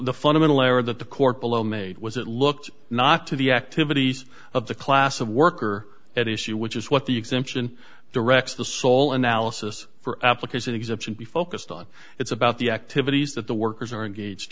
the fundamental error that the court below made was it looked not to the activities of the class of worker at issue which is what the exemption directs the sole analysis for application exemption be focused on it's about the activities that the workers are engaged